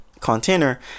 container